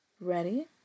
Ready